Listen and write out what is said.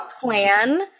plan